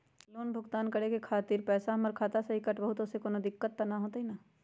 Loan भुगतान करे के खातिर पैसा हमर खाता में से ही काटबहु त ओसे कौनो दिक्कत त न होई न?